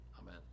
Amen